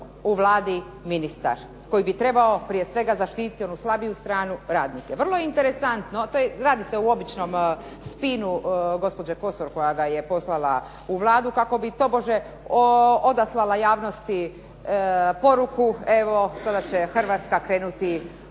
u Vladi ministar koji bi trebao prije svega zaštititi onu slabiju stranu, radnike. Vrlo je interesantno, radi se o običnom spinu gospođe Kosor koja ga je poslala u Vladu kako bi tobože odaslala javnosti poruku evo sada će Hrvatska krenuti